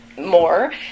more